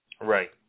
Right